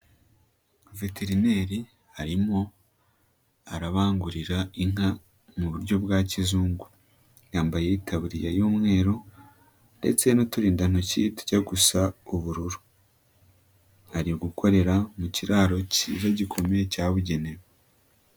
Veterineri arimo arabangurira inka mu buryo bwa kizungu, yambaye itaburiya y'umweru ndetse n'uturindantoki tujya gusa ubururu, ari gukorera mu kiraro cyiza gikomeye cyabugenewe